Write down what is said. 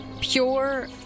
pure